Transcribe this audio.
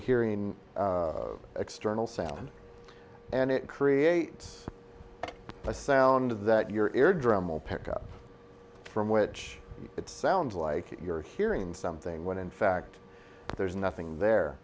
hearing external sound and it creates a sound of that your eardrum will pick up from which it sounds like you're hearing something when in fact there's nothing there